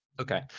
Okay